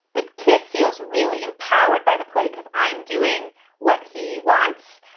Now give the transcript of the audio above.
the kid feels really empowered by the play because i'm doing what he wants.